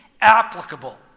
applicable